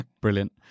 Brilliant